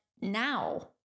now